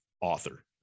author